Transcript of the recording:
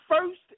first